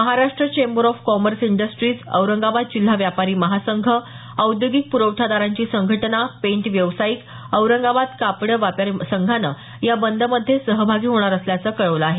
Maharashtra chamber of commerce industries Aurangabad जिल्हा व्यापारी महासंघ औद्योगिक प्रखठादारांची संघटना पेंट व्यावसायिक औरंगाबाद कापड व्यापारी संघानं या बदमध्ये सहभागी होणार असल्याचं कळवलं आहे